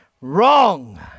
Wrong